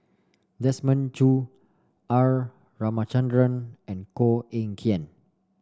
Desmond Choo R Ramachandran and Koh Eng Kian